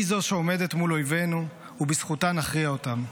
היא זו שעומדת מול אויבינו ובזכותה נכריע אותם.